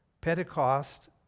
Pentecost